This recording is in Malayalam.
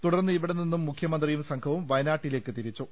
തുടർന്ന് ഇവിടെനിന്നും മുഖ്യമന്ത്രിയും സംഘവും വയനാട്ടി ലേക്ക് തിരിച്ചു